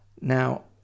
now